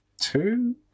two